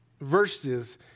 verses